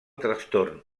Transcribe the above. trastorn